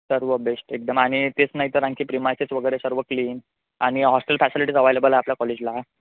सर्व बेस्ट एकदम आणि तेच नाही तर आणखी प्रिमायसेस वगैरे सर्व क्लीन आणि हॉस्टेल फॅसिलिटीज अव्हेलेबल आहे आपल्या कॉलेजला